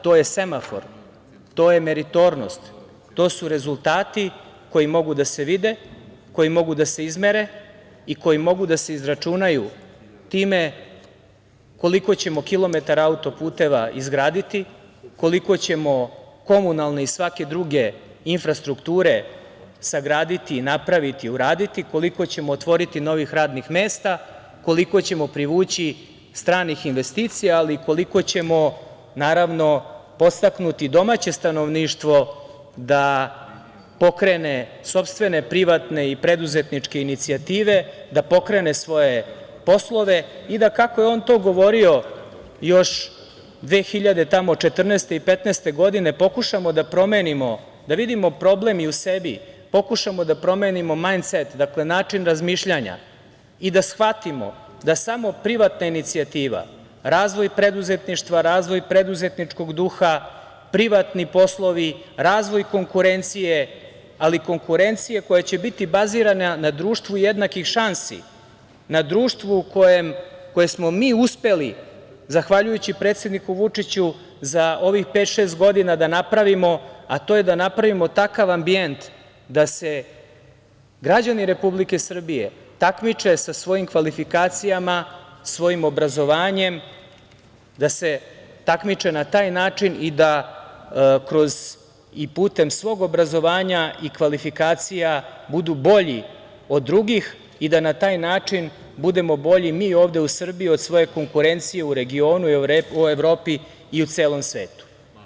To je semafor, to je meritornost, to su rezultati koji mogu da se vide, koji mogu da se izmere, i koji mogu da se izračunaju time koliko ćemo kilometara autoputeva izgraditi, koliko ćemo komunalne i svake druge infrastrukture sagraditi i napraviti i uraditi, koliko ćemo otvoriti novih radnih mesta, koliko ćemo privući stranih investicija, ali i koliko ćemo podstaknuti domaće stanovništvo da pokrene sopstvene privatne i preduzetničke inicijative, da pokrene svoje poslove i da, kako je on to govorio još 2014. i 2015. godine, pokušamo da promenimo, da vidimo problem i u sebi, pokušamo da promenimo mind set, dakle, način razmišljanja i da shvatimo da samo privatna inicijativa, razvoj preduzetništva, razvoj preduzetničkog duha, privatni poslovi, razvoj konkurencije, ali konkurencije koja će biti bazirana na društvu jednakih šansi, na društvu koje smo mi uspeli, zahvaljujući predsedniku Vučiću, za ovih pet, šest godina da napravimo, a to je da napravimo takav ambijent da se građani Republike Srbije takmiče sa svojim kvalifikacijama, svojim obrazovanjem, da se takmiče na taj način i da putem svog obrazovanja i kvalifikacija budu bolji od drugih i da na taj način budemo bolji mi ovde u Srbiji od svoje konkurencije u regionu i u Evropi i u celom svetu.